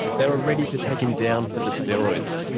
they were ready to take him down for the steroids.